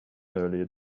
earlier